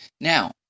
Now